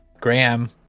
Graham